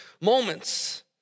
moments